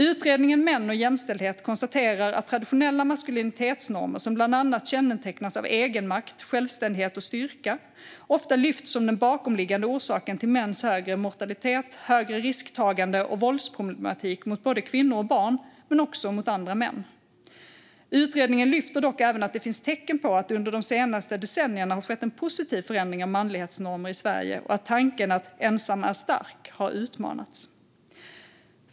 Utredningen Män och jämställdhet konstaterar att traditionella maskulinitetsnormer, som bland annat kännetecknas av egenmakt, självständighet och styrka, ofta lyfts som den bakomliggande orsaken till mäns högre mortalitet, högre risktagande och våldsproblematik mot såväl kvinnor och barn som andra män. Utredningen lyfter dock även att det finns tecken på att det under de senaste decennierna har skett en positiv förändring av manlighetsnormer i Sverige och att tanken att ensam är stark har utmanats.